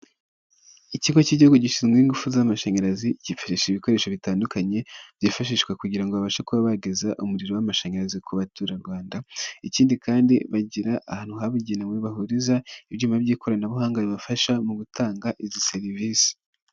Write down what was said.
Ikigo k'igihugu gishinzwe ingufu z'amashanyarazi kifashisha ibikoresho bitandukanye byifashishwa kugira babashe kuba bageza umuriro w'amashanyarazi ku baturarwanda, ikindi kandi bagira ahantu habugenewe bahuriza ibyuma by'ikoranabuhanga bibafasha mu gutanga izi serivise.